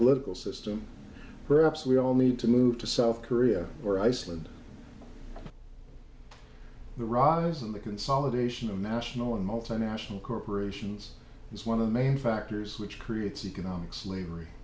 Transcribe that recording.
political system perhaps we all need to move to south korea or iceland the rise in the consolidation of national and multinational corporations is one of the main factors which creates economic slavery